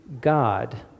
God